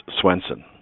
Swenson